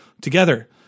together